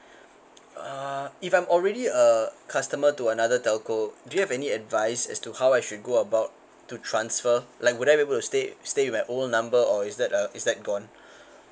uh if I'm already a customer to another telco do you have any advice as to how I should go about to transfer like would I be able to stay stay with my old number or is that a is that gone